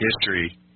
history